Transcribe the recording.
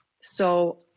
So-